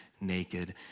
naked